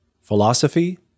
philosophy